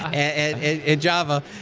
and java,